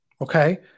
okay